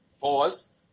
Pause